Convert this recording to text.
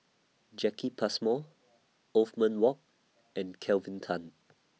Jacki Passmore Othman Wok and Kelvin Tan